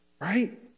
Right